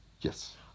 Yes